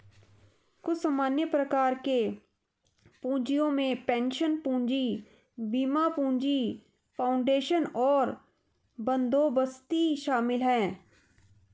कुछ सामान्य प्रकार के पूँजियो में पेंशन पूंजी, बीमा पूंजी, फाउंडेशन और बंदोबस्ती शामिल हैं